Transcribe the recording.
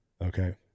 okay